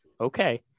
Okay